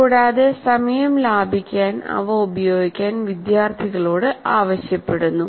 കൂടാതെ സമയം ലാഭിക്കാൻ അവ ഉപയോഗിക്കാൻ വിദ്യാർത്ഥികളോട് ആവശ്യപ്പെടുന്നു